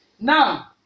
Now